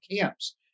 camps